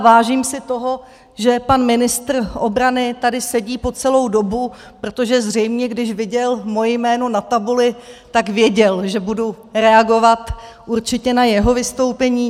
A vážím si toho, že pan ministr obrany tady sedí po celou dobu, protože zřejmě když viděl moje jméno na tabuli, tak věděl, že budu reagovat určitě na jeho vystoupení.